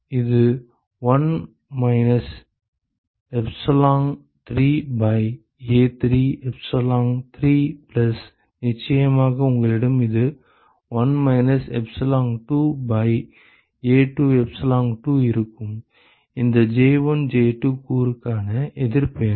இது 1 minus epsilon 3 by A3 epsilon 3 plus நிச்சயமாக உங்களிடம் இது 1 minus epsilon 2 by A2 epsilon 2 இருக்கும் இந்த J1 J2 கூறுக்கான எதிர்ப்பு என்ன